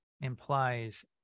implies